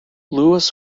louis